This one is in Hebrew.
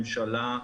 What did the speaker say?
ממשלה,